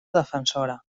defensora